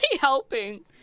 helping